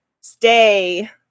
stay